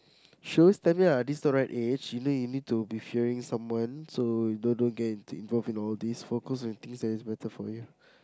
she always tell me this not the right age you need to be fearing someone so don't don't get into all these focus on things that's better for you